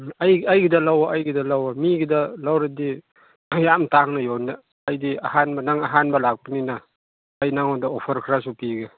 ꯑꯩꯒꯤꯗ ꯂꯧꯋꯣ ꯑꯩꯒꯤꯗ ꯂꯧꯋꯣ ꯃꯤꯒꯤꯗ ꯂꯧꯔꯗꯤ ꯄꯩꯁꯥ ꯌꯥꯝ ꯇꯥꯡꯅ ꯌꯣꯟꯕ ꯑꯩꯗꯤ ꯑꯍꯥꯟꯕ ꯅꯪ ꯑꯍꯥꯟꯕ ꯂꯥꯛꯄꯅꯤꯅ ꯑꯩ ꯅꯪꯉꯣꯟꯗ ꯑꯣꯐꯔ ꯈꯔꯁꯨ ꯄꯤꯒꯦ